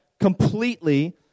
completely